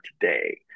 today